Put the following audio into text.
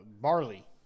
barley